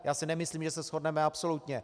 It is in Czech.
Já si nemyslím, že se shodneme absolutně.